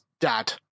dad